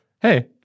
hey